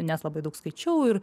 nes labai daug skaičiau ir